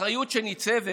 האחריות שניצבת